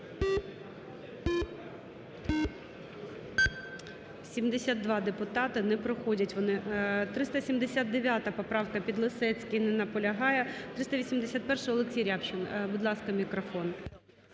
72 депутати. Не проходять вони. 379 поправка, Підлісецький. Не наполягає. 381-а, Олексій Рябчин. Будь ласка, мікрофон.